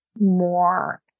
more